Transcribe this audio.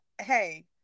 Hey